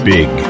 Big